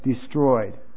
destroyed